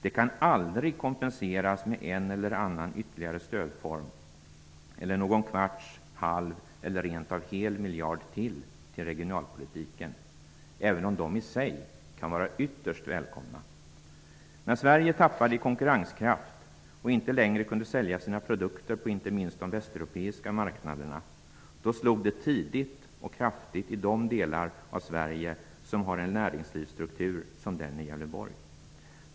Det kan aldrig kompenseras med en eller annan ytterligare stödform eller någon kvarts, halv eller rentav hel miljard ytterligare till regionalpolitiken -- även om de i sig kan vara ytterst välkomna. När Sverige tappade i konkurrenskraft och inte längre kunde sälja sina produkter på inte minst de västeuropeiska marknaderna, då slog det tidigt och kraftigt i de delar av Sverige där man har en näringslivsstruktur som den i Gävleborg.